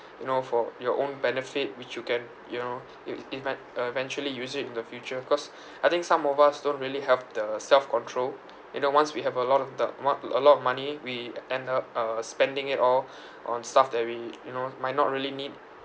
you know for your own benefit which you can you know ev~ even~ uh eventually use it in the future cause I think some of us don't really have the self control you know once we have a lot of the amount a lot of money we end up uh spending it all on stuff that we you know might not really need